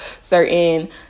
certain